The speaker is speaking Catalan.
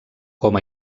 com